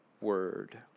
word